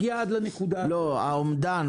היה אומדן?